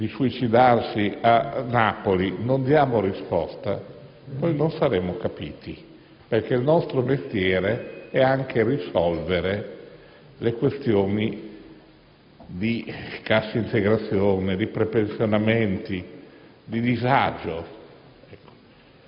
di suicidarsi a Napoli, non diamo risposta, noi non saremo capiti, perché il nostro mestiere è anche risolvere le questioni di cassa integrazione, di prepensionamenti, di disagio.